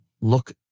look